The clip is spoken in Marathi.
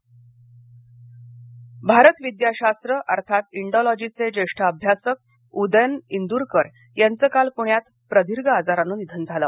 इंदरकर निधन भारतविद्याशास्त्र अर्थात इंडॉलॉजीचे ज्येष्ठ अभ्यासक उदयन इंदुरकर यांचं काल पुण्यात प्रदीर्घ आजारानं निधन झालं